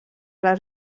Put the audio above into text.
les